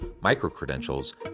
micro-credentials